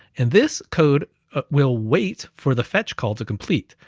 and this code will wait for the fetch call to complete,